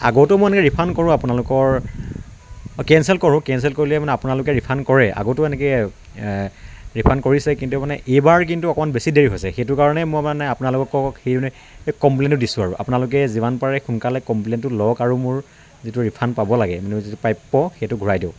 আগতো মই এনেকে ৰিফাণ্ড কৰোঁ আপোনালোকৰ কেনচেল কৰোঁ কেনচেল কৰিলে আপোনালোকে ৰিফাণ্ড কৰে আগতেও এনেকে ৰিফাণ্ড কৰিছে কিন্তু মানে এইবাৰ কিন্তু অকণমান বেছি দেৰি হৈছে সেইটো কাৰণেই মই মানে আপোনালোকক সেই মানে কমপ্লেইনটো দিছোঁ আৰু আপোনালোকে যিমান পাৰে সোনকালে কমপ্লেইনটো লওঁক আৰু মোৰ যিটো ৰিফাণ্ড পাব লাগে মানে যিটো প্ৰাপ্য সেইটো ঘূৰাই দিয়ক